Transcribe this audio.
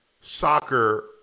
soccer